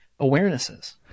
awarenesses